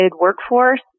workforce